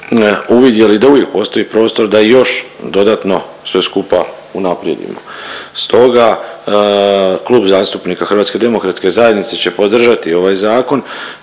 uvidjeli da uvijek postoji prostor da i još dodatno sve skupa unaprijedimo. Stoga Klub zastupnika HDZ-a će podržati ovaj zakon